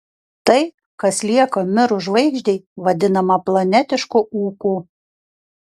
tai kas lieka mirus žvaigždei vadinama planetišku ūku